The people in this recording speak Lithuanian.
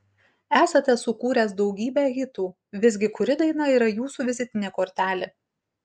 esate sukūręs daugybę hitų visgi kuri daina yra jūsų vizitinė kortelė